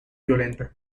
violenta